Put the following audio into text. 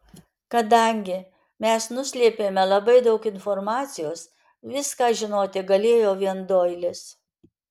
kadangi mes nuslėpėme labai daug informacijos viską žinoti galėjo vien doilis